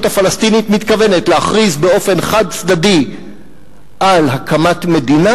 הפלסטינית מתכוונת להכריז באופן חד-צדדי על הקמת מדינה,